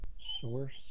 source